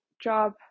job